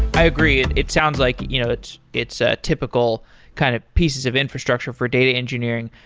i agree. it it sounds like you know it's it's ah typical kind of pieces of infrastructure for data engineering.